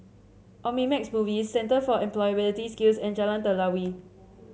Omnimax Movies Centre for Employability Skills and Jalan Telawi